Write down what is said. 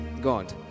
God